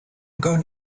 going